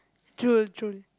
true true